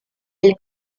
del